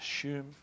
assume